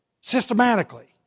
systematically